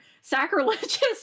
sacrilegious